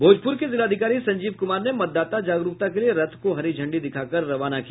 भोजपुर के जिलाधिकारी संजीव कुमार ने मतदाता जागरूकता के लिये रथ को हरी झंडी दिखाकर रवाना किया